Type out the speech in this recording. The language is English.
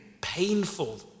painful